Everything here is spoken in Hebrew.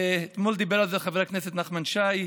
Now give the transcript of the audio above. אתמול דיבר על זה חבר הכנסת נחמן שי,